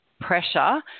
pressure